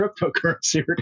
cryptocurrency